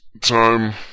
time